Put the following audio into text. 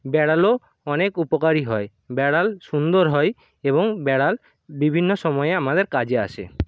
বেড়ালও অনেক উপকারী হয় বেড়াল সুন্দর হয় এবং বেড়াল বিভিন্ন সময়ে আমাদের কাজে আসে